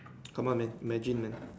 come on man imagine man